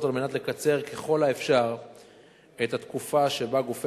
כדי לקצר ככל האפשר את התקופה שבה גופי